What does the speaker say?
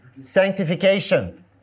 sanctification